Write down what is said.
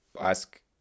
ask